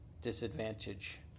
disadvantage